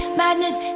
madness